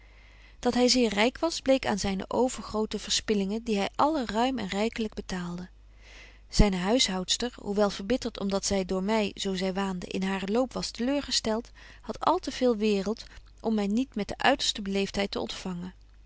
dat hy zeer ryk was bleek aan zyne overgrote verspilbetje wolff en aagje deken historie van mejuffrouw sara burgerhart lingen die hy allen ruim en rykelyk betaalde zyne huishoudster hoewel verbittert om dat zy door my zo zy waande in hare hoop was te leur gestelt hadt al te veel waereld om my niet met de uiterste beleeftheid te ontfangen